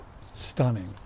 stunning